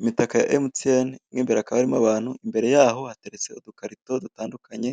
Imitaka ya emutiyene mo imbere hakaba harimo abantu batandukanye imbere yaho hateretse udukarito dutandukanye